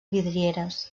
vidrieres